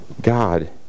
God